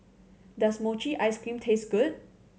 does mochi ice cream taste good